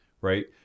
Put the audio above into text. right